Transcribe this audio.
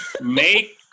make